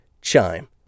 Chime